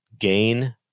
gain